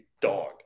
dog